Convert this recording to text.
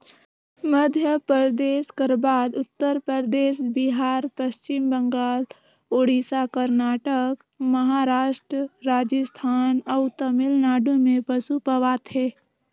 मध्यपरदेस कर बाद उत्तर परदेस, बिहार, पच्छिम बंगाल, उड़ीसा, करनाटक, महारास्ट, राजिस्थान अउ तमिलनाडु में पसु पवाथे